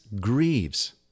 grieves